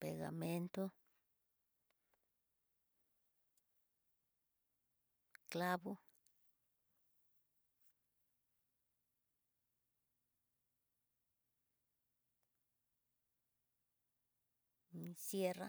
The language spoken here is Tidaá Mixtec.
pegamento, clavo, iin cierra.